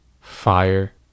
Fire